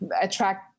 attract